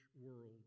world